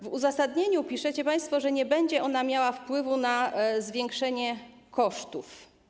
W uzasadnieniu piszecie państwo, że nie będzie ona miała wpływu na zwiększenie kosztów.